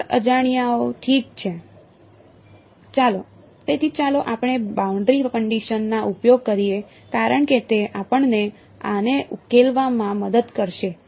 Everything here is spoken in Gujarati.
4 અજાણ્યાઓ ઠીક છે તેથી ચાલો આપણે બાઉન્ડરી કંડિશન નો ઉપયોગ કરીએ કારણ કે તે આપણને આને ઉકેલવામાં મદદ કરશે